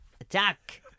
Attack